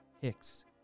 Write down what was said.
Hicks